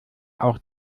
auch